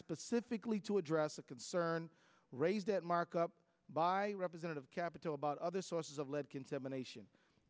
specifically to address the concerns raised at markup by representative capital about other sources of lead contamination